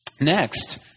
Next